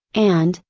and,